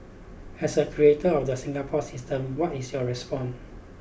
as a creator of the Singapore system what is your response